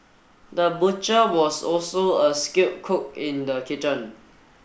the butcher was also a skilled cook in the kitchen